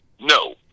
No